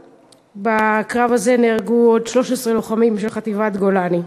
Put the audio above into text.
בקרב הזה נהרגו 13 לוחמים של חטיבת גולני.